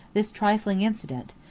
this trifling incident,